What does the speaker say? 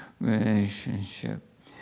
relationship